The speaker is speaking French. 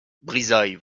brizailles